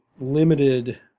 limited